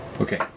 Okay